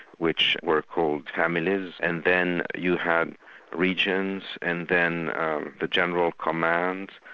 which were called families, and then you had regions, and then the general command,